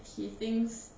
he thinks